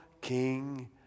King